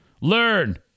learn